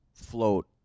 Float